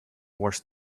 worse